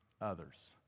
others